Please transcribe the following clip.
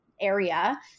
area